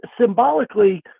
symbolically